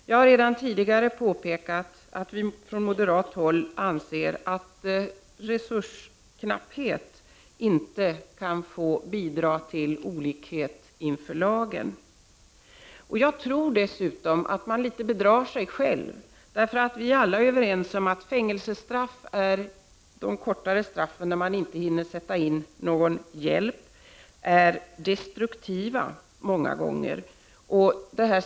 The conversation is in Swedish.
Jag har redan tidigare påpekat att vi från moderat håll anser att resursknapphet inte kan få bidra till olikhet inför lagen. Dessutom tror jag att man bedrar sig själv litet. Vi är alla överens om att de korta fängelsestraffen, där man inte hinner sätta in någon hjälp, många gånger är destruktiva.